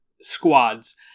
squads